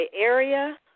area